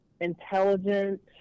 intelligent